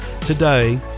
today